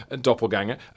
Doppelganger